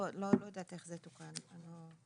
לא, אני לא יודעת איך זה תוקן, באמת.